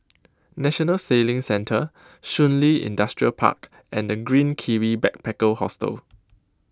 National Sailing Centre Shun Li Industrial Park and The Green Kiwi Backpacker Hostel